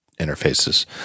interfaces